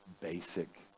basic